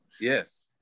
Yes